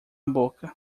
boca